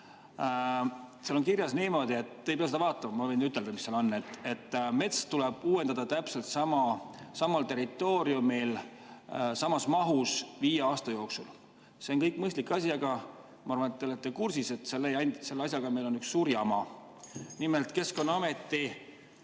Seal on kirjas niimoodi – te ei pea seda vaatama, ma võin ütelda, mis seal on –, et mets tuleb uuendada täpselt samal territooriumil samas mahus viie aasta jooksul. See on kõik mõistlik, aga ma arvan, et te olete kursis, et selle asjaga on üks suur jama. Nimelt selgub, et